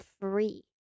free